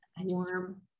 Warm